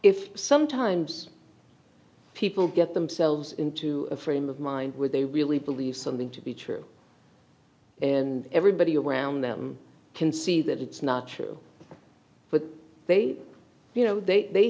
if sometimes people get themselves into a frame of mind where they really believe something to be true and everybody around them can see that it's not true but they you know they